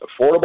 affordable